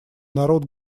народ